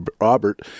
Robert